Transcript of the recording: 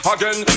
Again